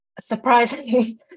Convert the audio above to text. Surprisingly